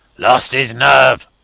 lost his nerve,